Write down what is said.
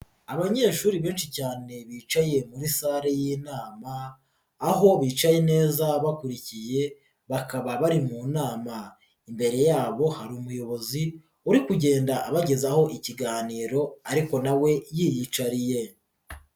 Abanyeshuri benshi cyane bicaye muri salle y'inama, aho bicaye neza bakurikiye, bakaba bari mu nama, imbere yabo hari umuyobozi uri kugenda abagezaho ikiganiro ariko nawe yiyicariye.